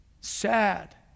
sad